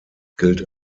gilt